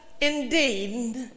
indeed